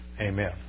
Amen